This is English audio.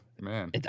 Man